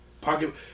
pocket